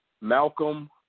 Malcolm